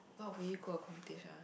what would you go accomplish ah